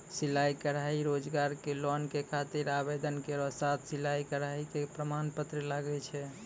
सिलाई कढ़ाई रोजगार के लोन के खातिर आवेदन केरो साथ सिलाई कढ़ाई के प्रमाण पत्र लागै छै?